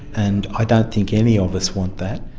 and i don't think any of us want that.